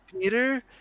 Peter